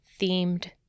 themed